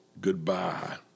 goodbye